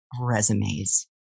resumes